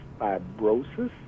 fibrosis